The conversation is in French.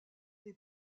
des